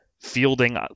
fielding